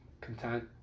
content